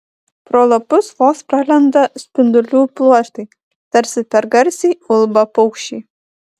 pro lapus vos pralenda spindulių pluoštai tarsi per garsiai ulba paukščiai